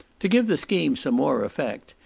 to give the scheme some more effect,